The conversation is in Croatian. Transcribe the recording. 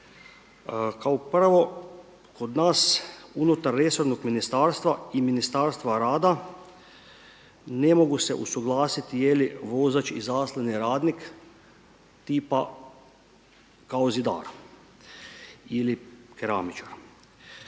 Kao prvo kod nas unutar resornog ministarstva i Ministarstva rada ne mogu se usuglasiti je li vozač izaslani radnik tipa kao zidar ili keramičar.